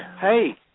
hey